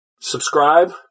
subscribe